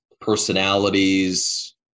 personalities